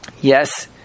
Yes